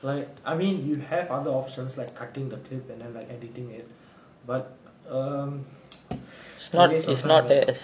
like I mean you have other options like cutting the tape and then like editing it but um it's a waste of time